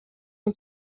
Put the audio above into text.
اون